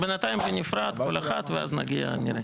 בינתיים בנפרד כל אחת ואז נגיע ונראה.